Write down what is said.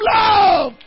love